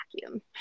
vacuum